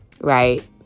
right